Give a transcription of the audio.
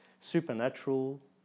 Supernatural